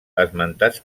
esmentats